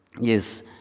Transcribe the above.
Yes